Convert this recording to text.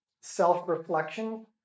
self-reflection